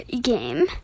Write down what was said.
game